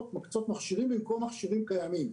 מקצות מכשירים במקום מכשירים קיימים.